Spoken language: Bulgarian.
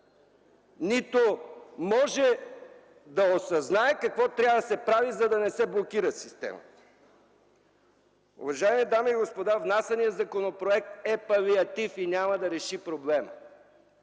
нито може да осъзнае какво трябва да се прави, за да не се блокира системата. Уважаеми дами и господа, внесеният законопроект е палиатив и няма да реши проблема.